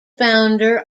founder